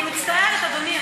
למחר, לעתיד המשותף שלנו.